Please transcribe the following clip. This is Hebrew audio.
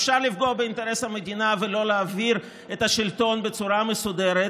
אפשר לפגוע באינטרס המדינה ולא להעביר את השלטון בצורה מסודרת.